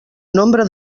nombre